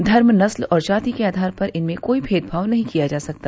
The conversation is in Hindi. धर्म नस्ल और जाति के आधार पर इनसे कोई भेदभाव नहीं किया जा सकता